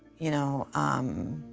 you know, um,